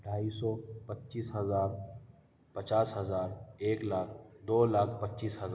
ڈھائی سو پچیس ہزار پچاس ہزار ایک لاکھ دو لاکھ پچیس ہزار